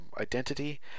identity